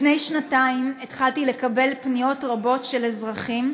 לפני שנתיים התחלתי לקבל פניות רבות של אזרחים,